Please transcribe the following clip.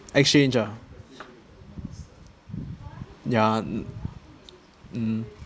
exchange ah ya mm